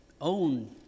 own